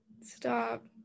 stop